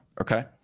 Okay